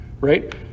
right